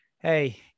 hey